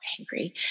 angry